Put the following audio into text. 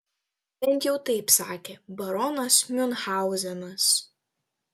bent jau taip sakė baronas miunchauzenas